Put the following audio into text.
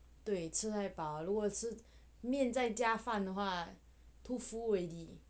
对吃太饱如果面再加饭的话 too full already